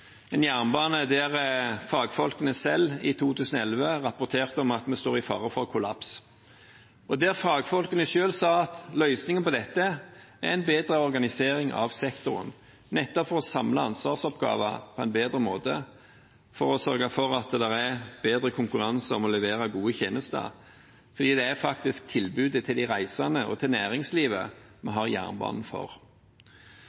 en jernbane der fagfolkene selv, i 2011, rapporterte om at vi sto i fare for kollaps, og der fagfolkene selv sa at løsningen på dette var en bedre organisering av sektoren for nettopp å samle ansvarsoppgaver på en bedre måte, for å sørge for bedre konkurranse om å levere gode tjenester. Det er faktisk for tilbudet til de reisende og til næringslivet vi